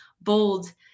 bold